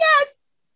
yes